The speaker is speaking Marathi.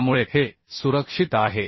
त्यामुळे हे सुरक्षित आहे